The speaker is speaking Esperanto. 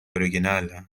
originala